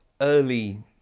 early